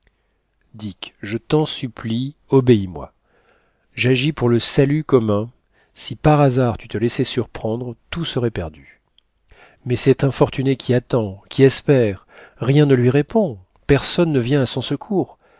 dick je t'en supplie obéis moi j'agis pour le salut commun si par hasard tu te laissais surprendre tout serait perdu mais cet infortuné qui attend qui espère rien ne lui répond personne ne vient à son secours